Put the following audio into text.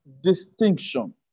distinction